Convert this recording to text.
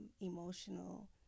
emotional